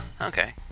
Okay